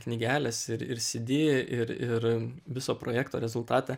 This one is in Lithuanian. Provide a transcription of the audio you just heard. knygelės ir ir sydy ir ir viso projekto rezultatą